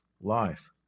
life